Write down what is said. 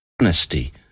Honesty